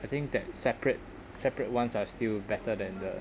I think that separate separate ones are still better than the